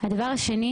הדבר שני